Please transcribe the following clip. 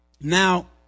Now